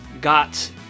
got